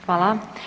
Hvala.